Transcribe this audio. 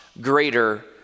greater